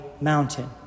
mountain